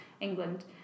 England